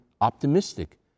optimistic